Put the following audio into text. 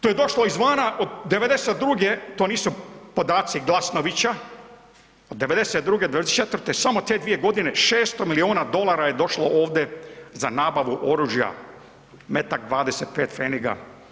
To je došlo iz vana od '92., to nisu podaci Glasnovića, od '92. do '94. samo te 2.g. 600 milijuna dolara je došlo ovde za nabavu oružja, metak 25 pfeniga.